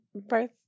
birth